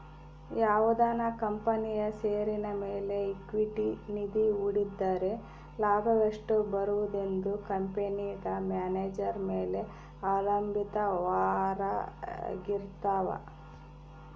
ಯಾವುದನ ಕಂಪನಿಯ ಷೇರಿನ ಮೇಲೆ ಈಕ್ವಿಟಿ ನಿಧಿ ಹೂಡಿದ್ದರೆ ಲಾಭವೆಷ್ಟು ಬರುವುದೆಂದು ಕಂಪೆನೆಗ ಮ್ಯಾನೇಜರ್ ಮೇಲೆ ಅವಲಂಭಿತವಾರಗಿರ್ತವ